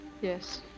Yes